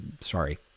sorry